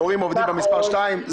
הורים עובדים במספר שתיים.